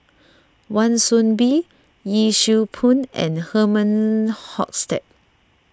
Wan Soon Bee Yee Siew Pun and Herman Hochstadt